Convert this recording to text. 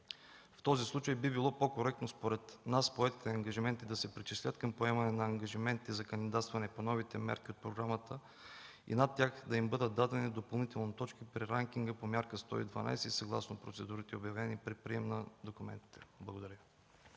В този случай би било по-коректно според нас поетите ангажименти да се причислят към поемане на ангажименти за кандидатстване по новите мерки от програмата и над тях да им бъдат дадени допълнително точки при ранкинга по Мярка 112, съгласно процедурите, обявени при прием на документите. Благодаря